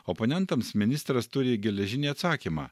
oponentams ministras turi geležinį atsakymą